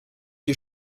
die